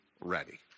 ready